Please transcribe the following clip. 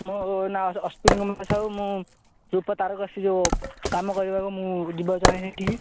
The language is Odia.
ମୋ ନାଁ ସାହୁ ମୁଁ ରୂପା ତାରକସି ଯୋଉ କାମ କରିବାକୁ ମୁଁ ଚାହେଁ ଏଠିକି